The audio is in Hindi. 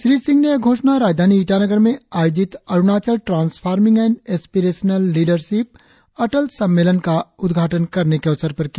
श्री सिंह ने यह घोषणा राजधानी ईटानगर में आयोजित Arunachal transforming and aspirational leadership Atal सम्मेलन का उद्घाटन करने के अवसर पर की